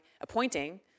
appointing